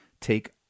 Take